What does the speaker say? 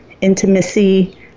intimacy